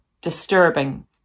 disturbing